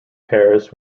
paris